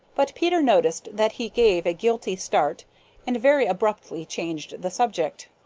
but peter noticed that he gave a guilty start and very abruptly changed the subject,